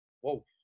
Whoa